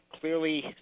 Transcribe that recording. clearly